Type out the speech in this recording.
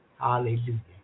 Hallelujah